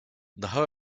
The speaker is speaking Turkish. daha